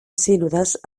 sínodes